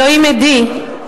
אלוהים עדי,